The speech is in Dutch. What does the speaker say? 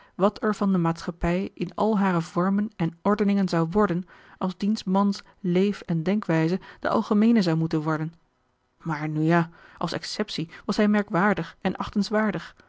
wat er van de maatschappij in al hare vormen en ordeningen zou worden als diens mans leef en denkwijze de algemeene zou moeten worden maar nu ja als exceptie was hij merkwaardig en